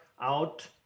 out